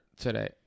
today